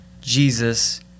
Jesus